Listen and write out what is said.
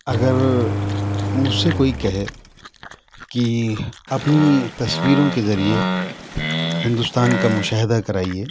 اگر مجھ سے کوئی کہے کہ اپنی تصویروں کے ذریعے ہندوستان کا مشاہدہ کرائیے